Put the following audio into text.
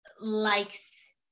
likes